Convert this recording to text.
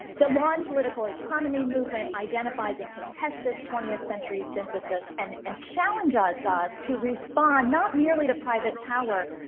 the law and political economy movement identifies and contests this twentieth century synthesis and and challenges us to respond, not merely to private power,